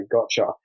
gotcha